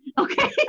Okay